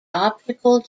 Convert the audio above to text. optical